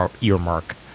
earmark